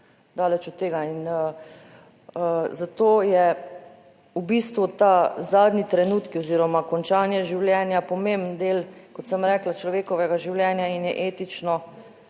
zato je v bistvu ta zadnji trenutki oziroma končanje življenja pomemben del, kot sem rekla, človekovega življenja in je etično,